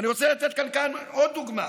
ואני רוצה לתת כאן עוד דוגמה.